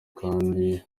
kandi